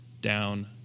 down